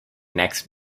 next